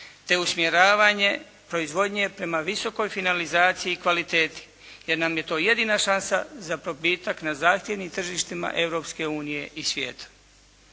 te usmjeravanje proizvodnje prema visokoj finalizaciji i kvaliteti jer nam je to jedina šansa za probitak na zahtjevnim tržištima Europske unije i svijeta.